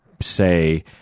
say